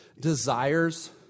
desires